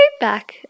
back